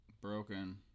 broken